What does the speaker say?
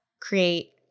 create